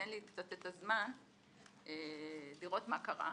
תן לי קצת את הזמן לראות מה קרה.